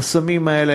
החסמים האלה,